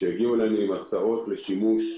שהגיעו אלינו עם הצעות לשימוש,